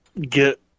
get